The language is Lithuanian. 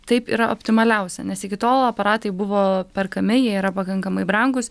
taip yra optimaliausia nes iki tol aparatai buvo perkami jie yra pakankamai brangūs